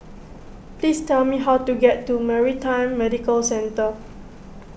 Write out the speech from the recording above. please tell me how to get to Maritime Medical Centre